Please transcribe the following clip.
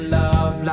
love